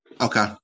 Okay